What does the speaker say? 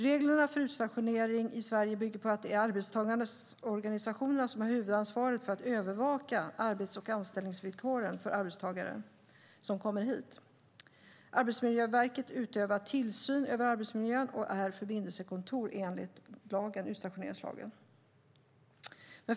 Reglerna för utstationering i Sverige bygger på att det är arbetstagarorganisationerna som har huvudansvaret för att övervaka arbets och anställningsvillkoren för arbetstagare som kommer hit. Arbetsmiljöverket utövar tillsyn över arbetsmiljön och är förbindelsekontor enligt utstationeringslagen.